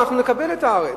אנחנו נקבל את הארץ,